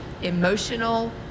emotional